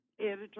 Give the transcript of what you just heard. editor